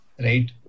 right